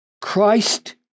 Christ